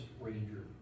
ranger